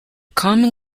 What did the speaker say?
common